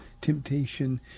temptation